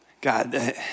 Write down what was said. God